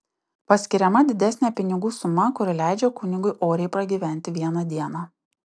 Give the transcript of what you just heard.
paskiriama didesnė pinigų suma kuri leidžia kunigui oriai pragyventi vieną dieną